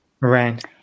Right